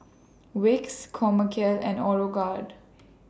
Vicks Chomel and Aeroguard